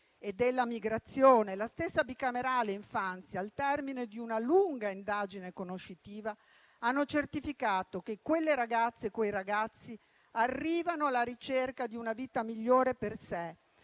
per l'infanzia e l'adolescenza, al termine di una lunga indagine conoscitiva, hanno certificato che quelle ragazze e quei ragazzi arrivano alla ricerca di una vita migliore per sé,